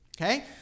Okay